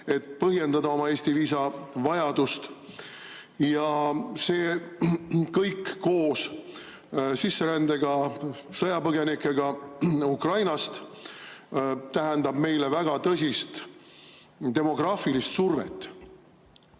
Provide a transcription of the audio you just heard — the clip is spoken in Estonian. et põhjendada oma Eesti viisa vajadust. See kõik koos sisserändega, sõjapõgenikega Ukrainast tähendab meile väga tõsist demograafilist survet,